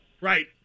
Right